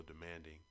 demanding